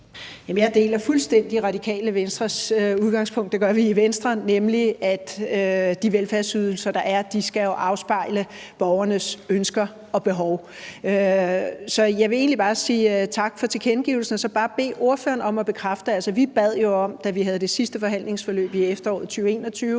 jeg deler fuldstændig Radikale Venstres udgangspunkt, det gør vi i Venstre, nemlig at de velfærdsydelser, der er, skal afspejle borgernes ønsker og behov. Så jeg vil egentlig bare sige tak for tilkendegivelsen. Vi bad jo om, da vi havde det sidste forhandlingsforløb i efteråret 2021,